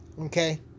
Okay